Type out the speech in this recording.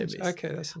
Okay